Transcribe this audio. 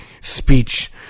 speech